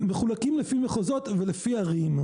מחולקים לפי מחוזות ולפי ערים.